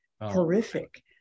horrific